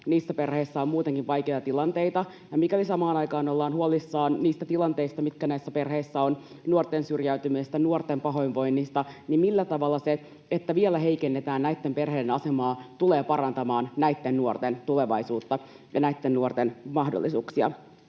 on työttömyyttä, on muutenkin vaikeita tilanteita. Ja mikäli samaan aikaan ollaan huolissaan niistä tilanteista, mitkä näissä perheissä on — nuorten syrjäytymisestä, nuorten pahoinvoinnista — niin millä tavalla se, että vielä heikennetään näitten perheiden asemaa, tulee parantamaan näitten nuorten tulevaisuutta ja näitten nuorten mahdollisuuksia?